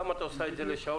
למה את עושה את זה לשאול?